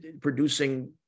producing